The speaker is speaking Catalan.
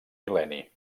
mil·lenni